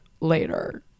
later